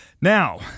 Now